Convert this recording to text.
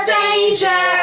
danger